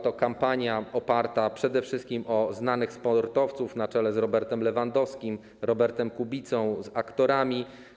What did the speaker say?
Ta kampania jest oparta przede wszystkim o wizerunki znanych sportowców, na czele z Robertem Lewandowskim, Robertem Kubicą i aktorami.